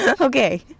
okay